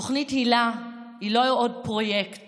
תוכנית היל"ה היא לא עוד פרויקט